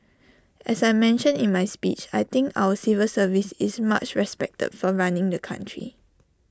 as I mentioned in my speech I think our civil service is much respected for running the country